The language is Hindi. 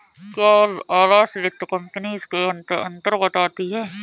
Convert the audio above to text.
क्या आवास वित्त कंपनी इसके अन्तर्गत आती है?